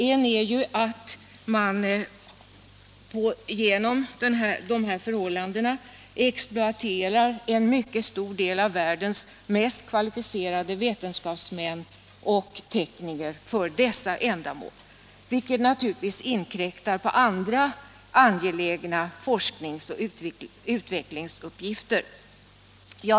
En är att man exploaterar en mycket stor del av världens mest kvalificerade vetenskapsmän och tekniker för detta ändamål, vilket naturligtvis inkräktar på andra angelägna forsknings och utvecklingsuppgifter.